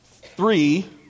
three